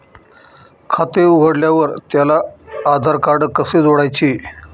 खाते उघडल्यावर त्याला आधारकार्ड कसे जोडायचे?